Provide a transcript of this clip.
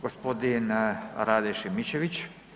Gospodin Rade Šimičević.